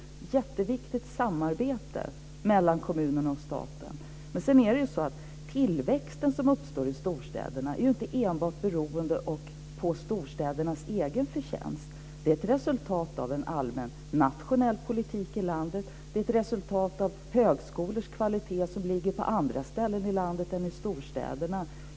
Det är ett jätteviktigt samarbete mellan kommunerna och staten. Men den tillväxt som uppstår i storstäderna är ju inte enbart storstädernas egen förtjänst. Den är ett resultat av en allmän nationell politik i landet. Den är ett resultat av kvaliteten på högskolor som ligger på andra ställen i landet än i storstäderna.